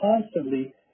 constantly